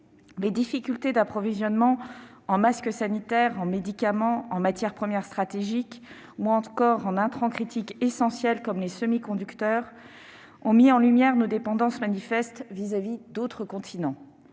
Les difficultés d'approvisionnement en masques sanitaires, en médicaments, en matières premières stratégiques ou encore en intrants critiques essentiels, comme les semi-conducteurs, ont mis en lumière nos dépendances manifestes vis-à-vis d'autres continents.